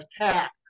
attack